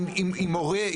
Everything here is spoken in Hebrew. עם הורה,